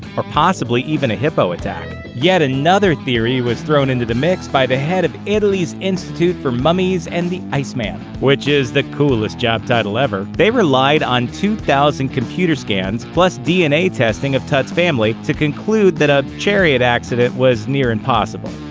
or possibly even a hippo attack. yet another theory was thrown into the mix by the head of italy's institute for mummies and the iceman, which is the coolest job title ever. they relied on two thousand computer scans plus dna testing of tut's family to conclude that a chariot accident was near-impossible.